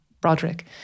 Broderick